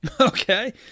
Okay